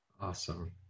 awesome